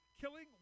killing